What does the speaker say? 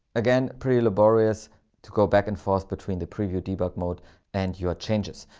again, pretty laborious to go back and forth between the preview debug mode and your changes.